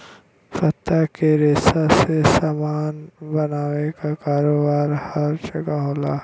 पत्ता के रेशा से सामान बनावे क कारोबार हर जगह होला